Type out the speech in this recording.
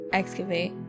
excavate